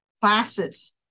classes